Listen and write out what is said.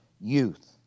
youth